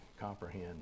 comprehend